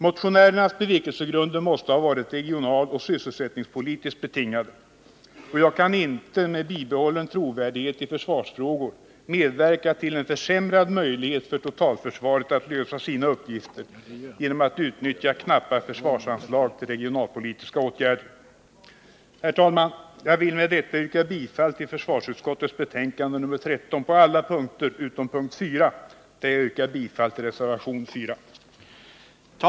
Motionärernas bevekelsegrunder måste ha varit regionaloch sysselsättningspolitiskt betingade, och jag kan inte med bibehållen trovärdighet i försvarsfrågor medverka till en försämrad möjlighet för totalförsvaret att lösa sina uppgifter genom att utnyttja knappa förslagsanslag till regionalpolitiska åtgärder. Herr talman! Jag vill med detta yrka bifall till försvarsutskottets hemställan i dess betänkande nr 13 på alla punkter utom punkt 4, där jag yrkar bifall till reservation 4.